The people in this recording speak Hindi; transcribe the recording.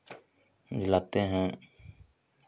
दिलाते हैं